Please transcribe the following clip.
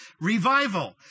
revival